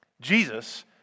Jesus